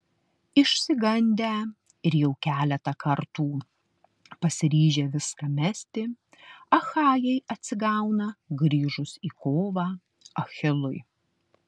išsigandę ir jau keletą kartų pasiryžę viską mesti achajai atsigauna grįžus į kovą achilui